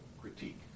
critique